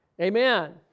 Amen